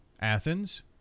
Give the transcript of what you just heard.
Athens